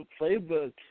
playbook